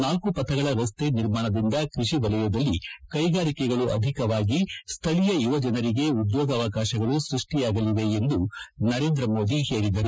ನಾಲ್ಲು ಪಥಗಳ ರಸ್ತೆ ನಿರ್ಮಾಣದಿಂದ ಕೈಷಿ ವಲಯದಲ್ಲಿ ಕೈಗಾರಿಕೆಗಳು ಅಧಿಕವಾಗಿ ಸ್ಥಳೀಯ ಯುವ ಜನರಿಗೆ ಉದ್ಯೋಗಾವಕಾಶಗಳು ಸೃಷ್ಟಿಯಾಗಲಿವೆ ಎಂದು ನರೇಂದ್ರಮೋದಿ ಹೇಳಿದರು